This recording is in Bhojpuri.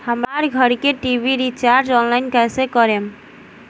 हमार घर के टी.वी रीचार्ज ऑनलाइन कैसे करेम?